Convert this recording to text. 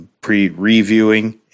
Pre-reviewing